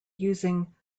using